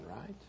right